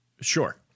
sure